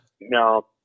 No